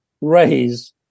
raise